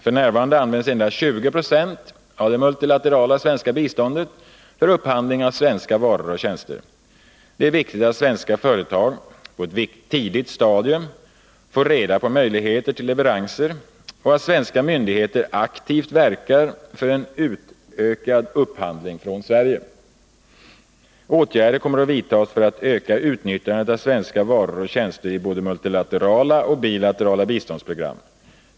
F. n. används endast 20 96 av det multilaterala svenska biståndet för upphandling av svenska varor och tjänster. Det är viktigt att svenska företag på ett tidigt stadium får reda på möjligheter till leveranser och att svenska myndigheter aktivt verkar för en utökad upphandling från Sverige. Åtgärder kommer att vidtas för att öka utnyttjandet av svenska varor och tjänster i både multilaterala och bilaterala biståndsprogram.